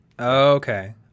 Okay